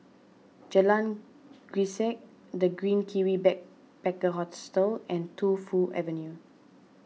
Jalan Grisek the Green Kiwi Backpacker Hostel and Tu Fu Avenue